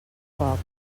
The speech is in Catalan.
coca